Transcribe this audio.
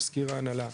מזכיר ההנהלה,